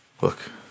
look